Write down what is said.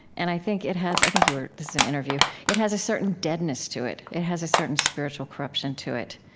and i think it has i think you were this is an interview it has a certain deadness to it. it has a certain spiritual corruption to it.